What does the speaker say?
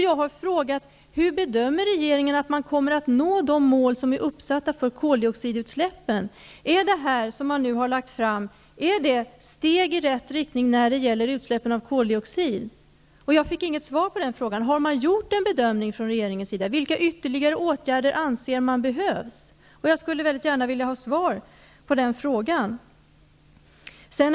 Jag har frågat: Hur bedömer regeringen att man kommer att nå de mål som är uppsatta för koldioxidutsläppen? Är de förslag som man nu har lagt fram steg i rätt riktning när det gäller utsläppen av koldioxid? Jag fick inget svar på de frågorna. Har regeringen gjort en bedömning? Vilka ytterligare åtgärder anser man behövs? Jag skulle mycket gärna vilja ha svar på de frågorna.